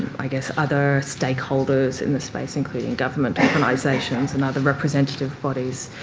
i guess, other stakeholders in the space including government organisations and other representative bodies.